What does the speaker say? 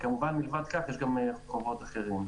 כמובן, מלבד כך יש גם חובות אחרים.